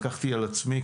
לקחתי על עצמי,